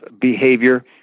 behavior